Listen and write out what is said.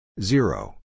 Zero